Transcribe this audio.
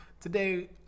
Today